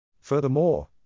Furthermore